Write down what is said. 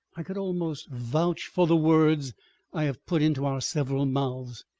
i could almost vouch for the words i have put into our several mouths.